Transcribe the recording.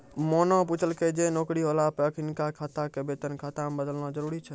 मोना पुछलकै जे नौकरी होला पे अखिनका खाता के वेतन खाता मे बदलना जरुरी छै?